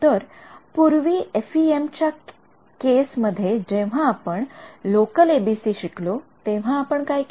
तर पूर्वी एफइएम च्या केस मध्ये जेव्हा आपण लोकल एबीसी शिकलो तेव्हा आपण काय केले